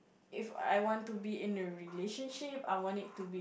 if I want to be in a relationship I want it to be